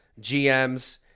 GMs